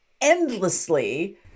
endlessly